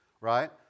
right